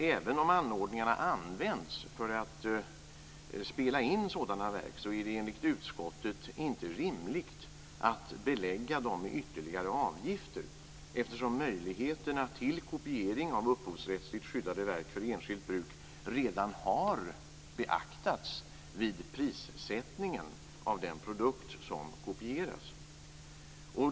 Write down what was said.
Även om anordningarna används för att spela in sådana verk är det enligt utskottet inte rimligt att belägga dem med ytterligare avgifter, eftersom möjligheterna till kopiering av upphovsrättsligt skyddade verk för enskilt bruk redan har beaktats vid prissättningen av den produkt som kopieras.